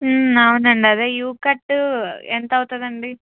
అవునండి అదే యు కట్టు ఎంతవుతదండి